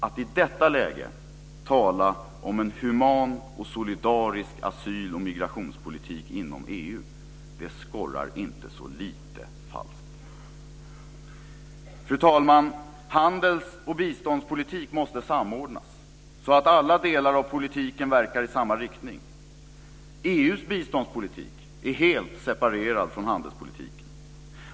Att i detta läge tala om en human och solidarisk asyl och migrationspolitik inom EU skorrar inte så lite falskt. Fru talman! Handels och biståndspolitik måste samordnas så att alla delar av politiken verkar i samma riktning. EU:s biståndspolitik är helt separerad från handelspolitiken.